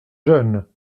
jeune